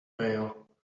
bail